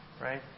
right